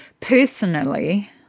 Personally